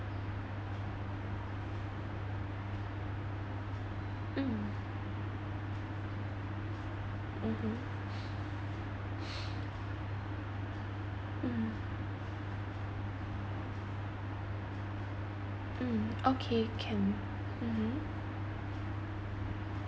mm mmhmm mm mm okay can mmhmm